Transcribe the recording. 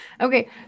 Okay